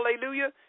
Hallelujah